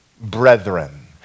brethren